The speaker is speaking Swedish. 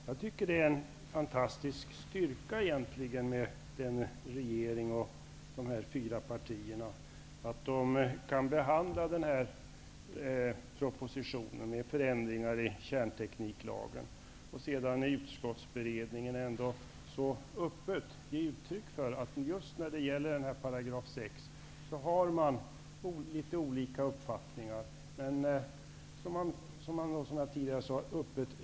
Jag tycker att det egentligen är en fantastisk styrka att en regering bestående av fyra partier kunnat behandla den här propositionen om förändringar i kärntekniklagen så som skett och att man ändå sedan vid utskottsberedningen så öppet kan ge uttryck för att det just när det gäller 6 § kärntekniklagen finns litet olika uppfattningar. Dessa redovisas alltså öppet.